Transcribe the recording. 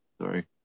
sorry